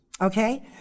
Okay